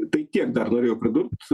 tai tiek dar norėjau pridurt